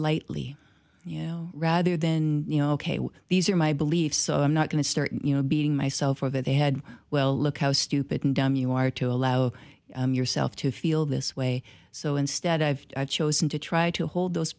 lightly you know rather than you know ok these are my beliefs so i'm not going to start you know beating myself for that they had well look how stupid and dumb you are to allow yourself to feel this way so instead i've chosen to try to hold those